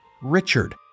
Richard